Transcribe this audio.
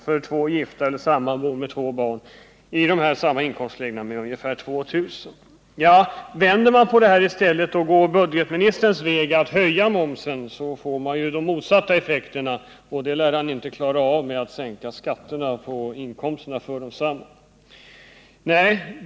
För en familj med två barn, i samma inkomstläge, skulle det bli ungefär 2 000 kr. Vänder man på det här och väljer budgetministerns väg och höjer momsen får man de motsatta effekterna, och detta lär det inte gå att klara genom att sänka skatterna på inkomsterna för de här kategorierna.